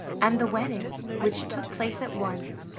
and the wedding, which took place at once,